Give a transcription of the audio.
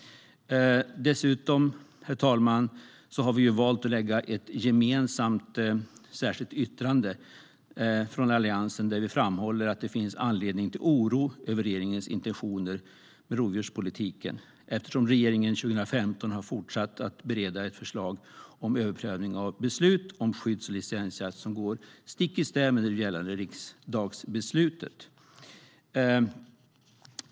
Dessutom, herr talman, har vi valt att lägga fram ett gemensamt särskilt yttrande från Alliansen där vi framhåller att det finns anledning till oro över regeringens intentioner med rovdjurspolitiken, eftersom regeringen under 2015 har fortsatt att bereda ett förslag om överprövning av beslut om skydds och licensjakt som går stick i stäv med det nu gällande riksdagsbeslutet.